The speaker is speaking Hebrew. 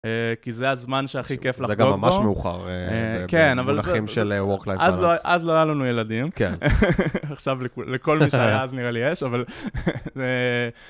כי זה הזמן שהכי כיף לחגוג בו. זה גם ממש מאוחר במונחים של Work Life Balance. אז לא היה לנו ילדים. עכשיו לכל מי שהיה אז נראה לי יש.